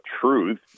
Truth